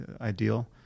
ideal